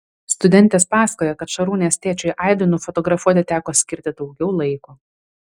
studentės pasakoja kad šarūnės tėčiui aidui nufotografuoti teko skirti daugiau laiko